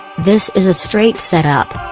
this is a straight set up.